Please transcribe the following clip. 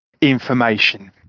information